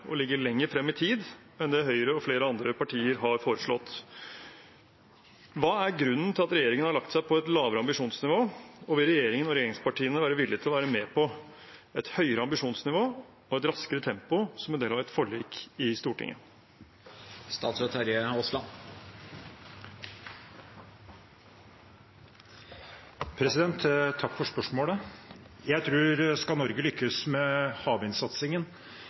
lenger frem i tid enn det Høyre og flere andre partier har foreslått. Hva er grunnen til at regjeringen har lagt seg på et lavere ambisjonsnivå? Og vil regjeringen og regjeringspartiene være villige til å være med på et høyere ambisjonsnivå og et raskere tempo som en del av et forlik i Stortinget? Takk for spørsmålet. Skal Norge lykkes med havvindsatsingen,